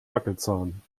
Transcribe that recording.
wackelzahn